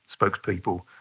spokespeople